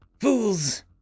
Fools